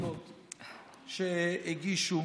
הלא-ענייניות שהגישו,